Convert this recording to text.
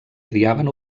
criaven